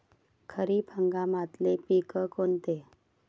खरीप हंगामातले पिकं कोनते?